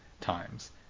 times